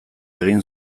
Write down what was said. egin